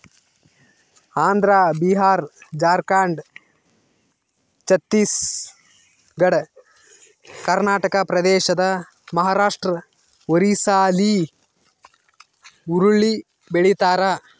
Andhra Bihar Jharkhand Chhattisgarh Karnataka Madhya Pradesh Maharashtra ಒರಿಸ್ಸಾಲ್ಲಿ ಹುರುಳಿ ಬೆಳಿತಾರ